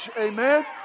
Amen